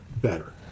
better